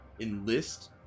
enlist